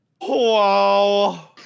Wow